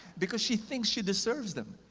because she thinks she deserves them.